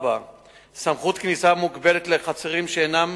4. סמכות כניסה מוגבלת לחצרים שאינם